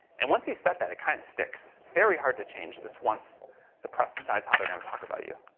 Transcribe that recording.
and once you set that, it kind of sticks. it's very hard to change this once the press decides how they're going to talk about you.